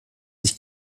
sich